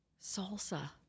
salsa